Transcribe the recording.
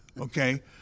Okay